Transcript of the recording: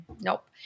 Nope